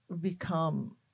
become